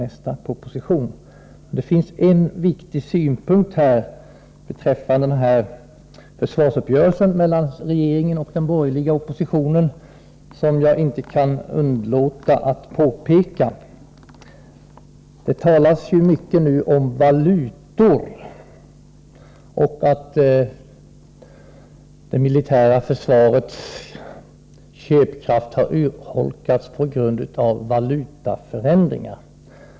Det finns dock en viktig synpunkt beträffande försvarsuppgörelsen mellan regeringen och den borgerliga oppositionen som jag inte kan underlåta att framföra. Det talas mycket om ”valutor” och om att det militära försvarets köpkraft har urholkats på grund av valutaförändringar.